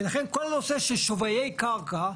ולכן, כל נושא של שווי קרקע,